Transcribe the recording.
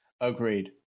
agreed